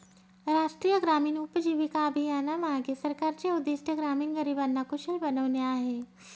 राष्ट्रीय ग्रामीण उपजीविका अभियानामागे सरकारचे उद्दिष्ट ग्रामीण गरिबांना कुशल बनवणे आहे